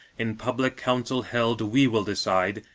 in public council held, we will decide,